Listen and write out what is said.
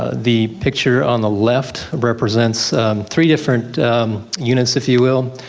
ah the picture on the left represents three different units, if you will.